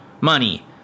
money